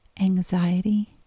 anxiety